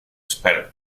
spell